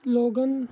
logan